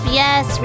yes